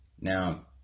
Now